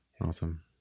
Awesome